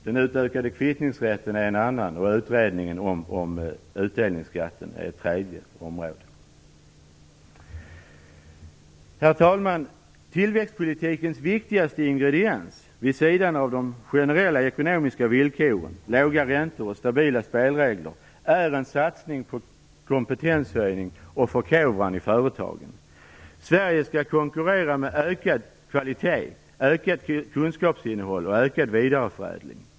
Den utökade kvittningsrätten är ett annat område och utredningen om utdelningsskatten ett tredje. Herr talman! Tillväxtpolitikens viktigaste ingrediens vid sidan av de generella ekonomiska villkoren, låga räntor och stabila spelregler är en satsning på kompetenshöjning och förkovran i företagen. Sverige skall konkurrera med ökad kvalitet, ökat kunskapsinnehåll och ökad vidareförädling.